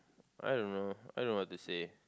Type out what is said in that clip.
I don't know I don't know what to say